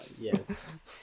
Yes